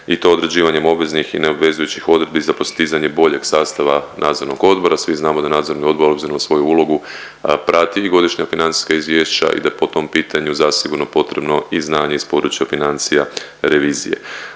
i to određivanjem obveznih i neobvezujućih odredbi za postizanje boljeg sastava nadzornog odbora. Svi znamo da nadzorni odbor obzirom na svoju ulogu prati ili godišnja financijska izvješća i da je po tom pitanju zasigurno potrebno i znanje iz područja financija revizije.